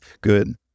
good